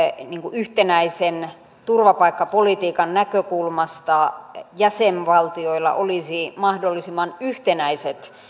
yhtenäisen turvapaikkapolitiikan näkökulmasta jäsenvaltioilla olisi mahdollisimman yhtenäiset